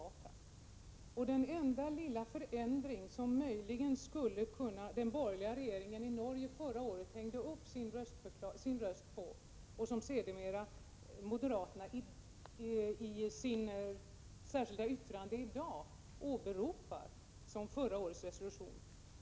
Det finns en enda liten förändring, den som den borgerliga regeringen i Norge förra året hängde upp sin röst på och som nu moderaterna i sitt särskilda yttrande i dag åberopar, i förra årets resolution.